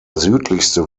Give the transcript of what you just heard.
südlichste